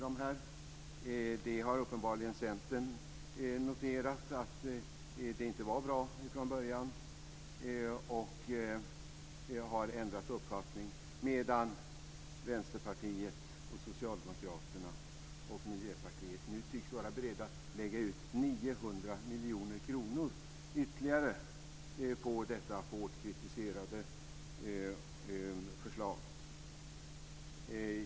Centern har uppenbarligen noterat att det inte var bra från början och har ändrat uppfattning, medan Vänsterpartiet, Socialdemokraterna och Miljöpartiet nu tycks vara beredda att lägga ut 900 miljoner kronor ytterligare på detta hårt kritiserade förslag.